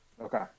Okay